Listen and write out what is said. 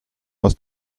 aus